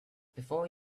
before